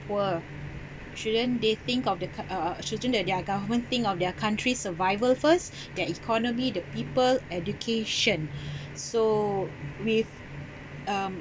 poor shouldn't they think of the co~ uh shouldn't that their government think of their country's survival first their economy the people education so with um